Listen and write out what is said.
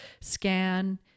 scan